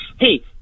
Hey